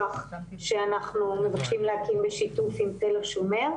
שאנחנו מבקשים להקים בשיתוף עם תל השומר,